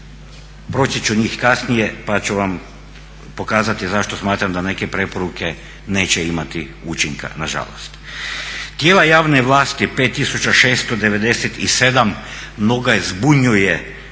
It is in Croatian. Proći ću njih kasnije pa ću vam pokazati zašto smatram da neke preporuke neće imati učinka nažalost. Tijela javne vlasti 5697 mnoge zbunjuje